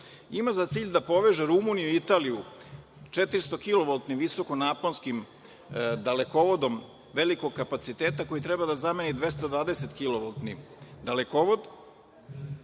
ima za cilj da poveže Rumuniju i Italiju 400-kilovoltnim visokonaponskim dalekovodom velikog kapaciteta koji treba da zameni 220-kilovoltni